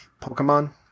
Pokemon